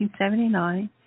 1979